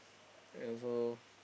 and also